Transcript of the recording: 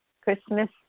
Christmas